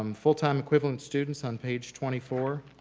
um full time equivalent students on page twenty four,